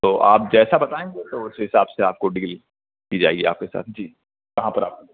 تو آپ جیسا بتائیں گے تو اسی حساب سے آپ کو ڈیل کی جائے گی آپ کے ساتھ جی کہاں پر آپ